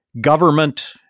government